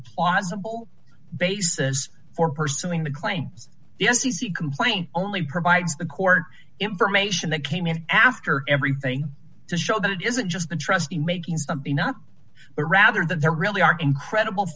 plausible basis for pursuing the claims yes he complained only provides the court information that came in after everything to show that it isn't just the trustee making something up but rather that there really are incredible